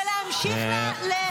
ולהמשיך -- מה זה קשור?